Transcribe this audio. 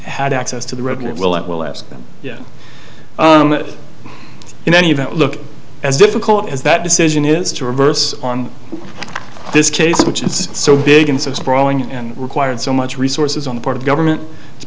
had access to the road and it will it will ask them yet that in any event look as difficult as that decision is to reverse on this case which is so big and so sprawling and required so much resources on the part of government to